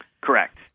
Correct